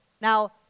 Now